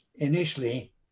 Initially